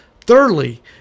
Thirdly